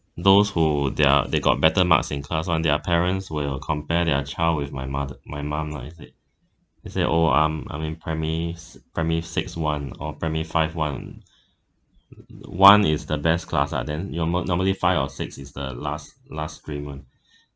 those who they're they got better marks in class [one] their parents will compare their child with my mother my mum lah you see they said oh I'm I'm in primary s~ primary six [one] or primary five [one] one is the best class lah then you're nor~ normally five or six is the last last stream [one]